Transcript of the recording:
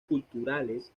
culturales